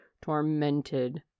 tormented